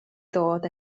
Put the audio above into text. dod